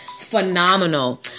phenomenal